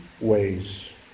ways